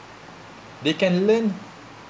they can learn